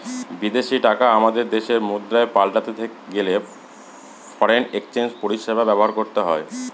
বিদেশী টাকা আমাদের দেশের মুদ্রায় পাল্টাতে গেলে ফরেন এক্সচেঞ্জ পরিষেবা ব্যবহার করতে হয়